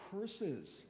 curses